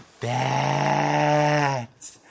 bats